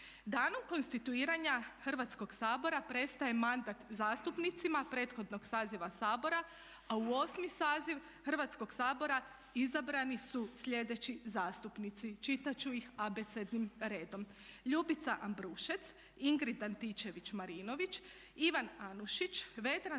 Danom konstituiranja Hrvatskoga sabora prestaje mandat zastupnicima prethodnog saziva Sabora a u 8. saziv Hrvatskoga sabora izabrani su sljedeći zastupnici. Čitati ću ih abecednim redom. Ljubica Ambrušec, Ingrid Antičević Marinović, Ivan Anušić, Vedran